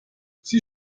sie